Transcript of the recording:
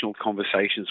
conversations